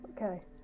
Okay